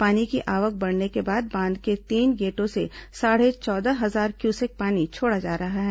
पानी की आवक बढ़ने के बाद बांध के तीन गेटों से साढ़े चौदह हजार क्यूसेक पानी छोड़ा जा रहा है